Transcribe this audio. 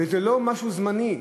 וזה לא משהו זמני.